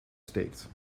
steekt